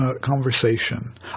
conversation